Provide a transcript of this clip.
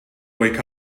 wake